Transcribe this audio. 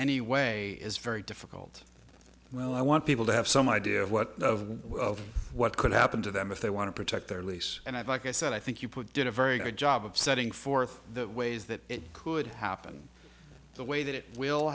any way is very difficult well i want people to have some idea of what what could happen to them if they want to protect their lease and i'd like i said i think you put did a very good job of setting forth the ways that it could happen the way that it will